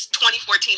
2014